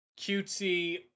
cutesy